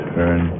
Turn